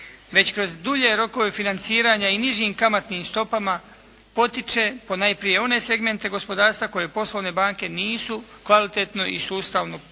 već kroz dulje rokove financiranja i nižim kamatnim stopama potiče ponajprije one segmente gospodarstva koje poslovne banke nisu kvalitetno i sustavno podržavale